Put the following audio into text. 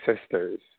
sisters